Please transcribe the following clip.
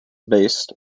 based